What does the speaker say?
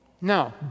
No